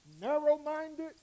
narrow-minded